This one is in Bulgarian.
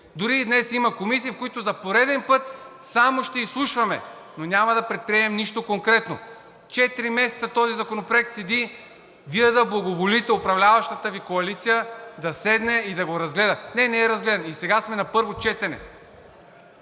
Дори и днес има комисии, в които за пореден път само ще изслушваме, но няма да предприемем нищо конкретно. Четири месеца този законопроект седи Вие да благоволите, управляващата Ви коалиция да седне и да го разгледа. Не, не е разгледан и сега сме на първо четене!